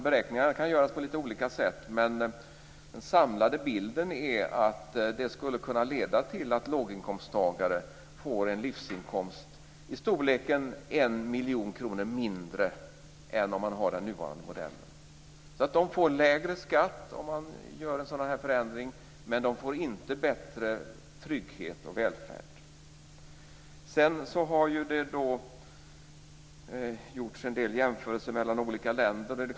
Beräkningarna kan göras på lite olika sätt, men den samlade bilden är att det skulle kunna leda till att låginkomsttagare får en livsinkomst i storleken 1 miljon kronor mindre än om man har den nuvarande modellen. De får lägre skatt om man gör en sådan här förändring, men de får inte bättre trygghet och välfärd. Det har gjorts en del jämförelser mellan olika länder.